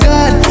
God